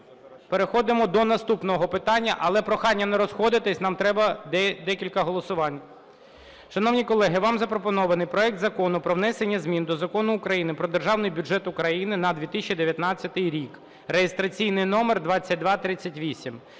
Переходимо до наступного питання, але прохання не розходитись, нам треба декілька голосувань. Шановні колеги, вам запропонований проект Закону про внесення змін до Закону України "Про Державний бюджет України на 2019 рік" (реєстраційний номер 2238).